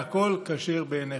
והכול כשר בעיניך.